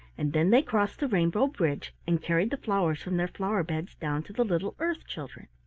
and then they crossed the rainbow bridge, and carried the flowers from their flower-beds down to the little earth children.